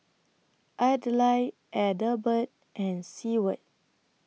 Adlai Adelbert and Seward